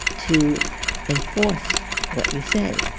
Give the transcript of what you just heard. to enforce what you say?